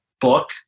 book